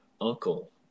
uncle